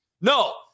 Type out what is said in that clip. no